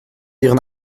ihren